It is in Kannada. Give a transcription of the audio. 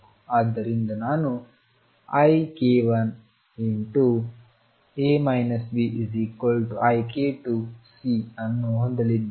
ಆದ್ದರಿಂದ ನಾನು ik1A Bik2C ಅನ್ನು ಹೊಂದಲಿದ್ದೇನೆ